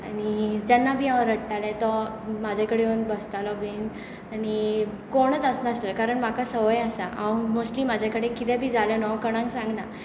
आनी जेन्ना बी हांव रडतालें तो म्हजे कडेन येवन बसतालो बी आनी कोणूच आसना आसलो कारण म्हाका सवंय आसा हांव मोस्टली म्हजे कडेन कितें बी जालें न्हय कोणांक सांगना